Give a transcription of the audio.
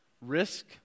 Risk